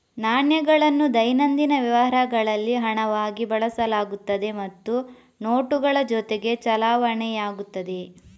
ನಾಣ್ಯಗಳನ್ನು ದೈನಂದಿನ ವ್ಯವಹಾರಗಳಲ್ಲಿ ಹಣವಾಗಿ ಬಳಸಲಾಗುತ್ತದೆ ಮತ್ತು ನೋಟುಗಳ ಜೊತೆಗೆ ಚಲಾವಣೆಯಾಗುತ್ತದೆ